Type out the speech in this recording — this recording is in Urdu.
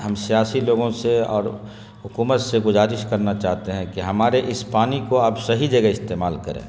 ہم سیاسی لوگوں سے اور حکومت سے گزارش کرنا چاہتے ہیں کہ ہمارے اس پانی کو آپ صحیح جگہ استعمال کریں